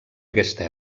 aquesta